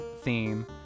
theme